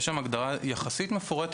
שם בתקנות יש הגדרה יחסית מפורטת,